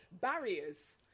barriers